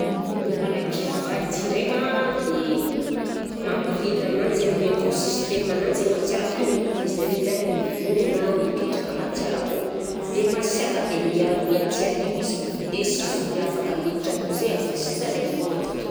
Momba ana kivaha dia ndraika an dia mampirindra ananjy amin'ny éco système anaty ala kagny dia zareo zany mivondrona, mipetraka agnaty ala akô dia masiaka dia miaro i atiala io izy dia sisy olona afaka miditra kose afa-sy zareo foagna avy akeo